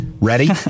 Ready